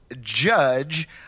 judge